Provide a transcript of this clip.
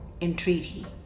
entreaty